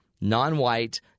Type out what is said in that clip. non-white